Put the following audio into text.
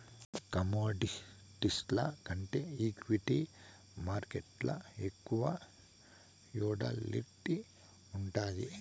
కమోడిటీస్ల కంటే ఈక్విటీ మార్కేట్లల ఎక్కువ వోల్టాలిటీ ఉండాది